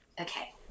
Okay